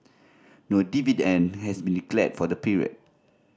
no dividend and has been declared for the period